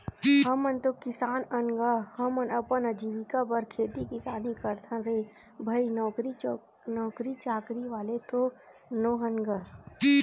हमन तो किसान अन गा, हमन अपन अजीविका बर खेती किसानी करथन रे भई नौकरी चाकरी वाले तो नोहन गा